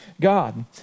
God